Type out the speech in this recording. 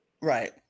right